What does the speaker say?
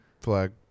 flag